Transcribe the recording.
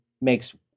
makes